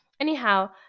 Anyhow